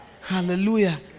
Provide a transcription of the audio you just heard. hallelujah